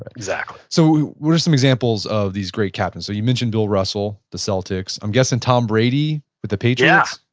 exactly so what are some examples of these great captains? so you mentioned bill russell, the celtics. i'm guessing tom brady with the patriots? yeah.